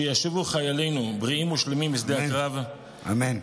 שישובו חיילינו בריאים ושלמים משדה הקרב, אמן.